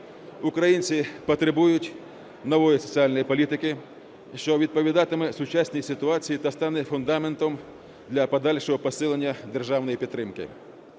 Українці потребують нової соціальної політики, що відповідатиме сучасній ситуації та стане фундаментом для подальшого посилення державної підтримки.